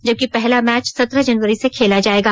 जबकि पहला मैच सत्रह जनवरी से खेला जायेगा